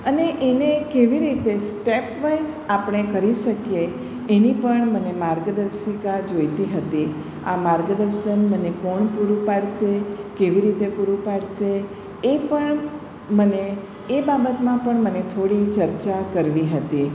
અને એને કેવી રીતે સ્ટેપવાઇઝ આપણે કરી શકીએ એની પણ મને માર્ગદર્શિકા જોઈતી હતી આ માર્ગદર્શન મને કોણ પૂરું પાડશે કેવી રીતે પૂરું પાડશે એ પણ મને એ બાબતમાં પણ મને થોડી ચર્ચા કરવી હતી